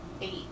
Eight